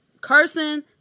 Cursing